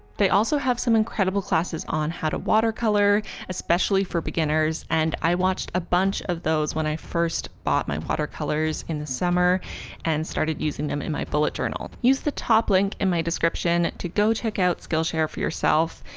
they also have some incredible classes on how to watercolor especially for beginners and i watched a bunch of those when i first bought my watercolors in the summer and started using them in my bullet journal. use the top link in my description to go check out skillshare for yourself!